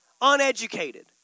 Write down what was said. Uneducated